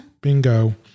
Bingo